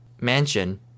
mansion